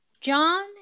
John